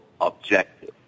objective